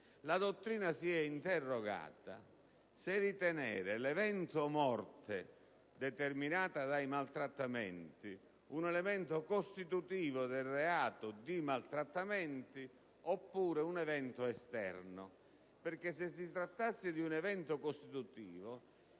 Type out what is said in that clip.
La dottrina si è interrogata sul fatto se ritenere l'evento morte determinato dai maltrattamenti un elemento costitutivo del reato di maltrattamenti oppure un evento esterno. Se si trattasse di un evento costitutivo,